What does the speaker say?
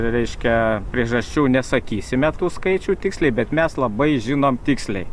reiškia priežasčių nesakysime tų skaičių tiksliai bet mes labai žinom tiksliai